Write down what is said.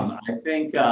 i think